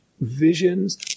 visions